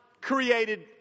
created